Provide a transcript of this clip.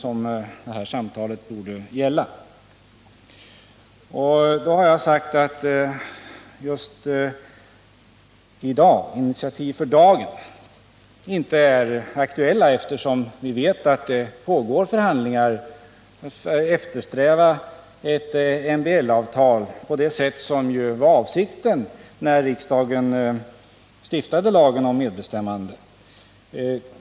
Då har jag sagt att initiativ just för dagen inte är aktuella, eftersom vi vet att det pågår förhandlingar som skall eftersträva ett MBL-avtal på det sätt som ju var avsikten när riksdagen stiftade lagen om medbestämmande.